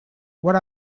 what